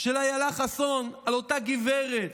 של אילה חסון על אותה גברת